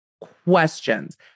questions